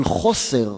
חוסר